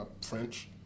French